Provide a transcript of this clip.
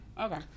Okay